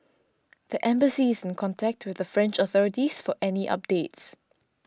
the embassy is in contact with the French authorities for any updates